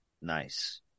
Nice